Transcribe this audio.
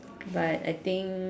but I think